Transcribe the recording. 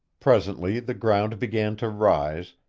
presently the ground began to rise,